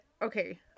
Okay